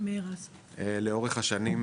לאורך השנים,